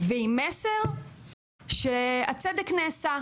ועם מסר שהצדק נעשה,